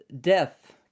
death